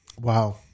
Wow